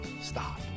Stop